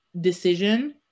decision